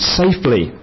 safely